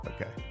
Okay